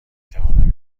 توانم